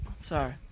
Sorry